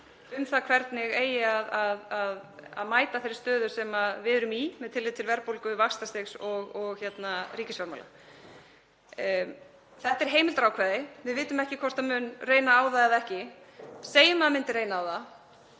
um það hvernig eigi að mæta þeirri stöðu sem við erum í með tilliti til verðbólgu, vaxtastigs og ríkisfjármála. Þetta er heimildarákvæði. Við vitum ekki hvort það mun reyna á það eða ekki. Segjum að það myndi reyna á það.